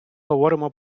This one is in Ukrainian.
говоримо